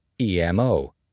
EMO